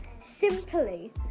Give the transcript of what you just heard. simply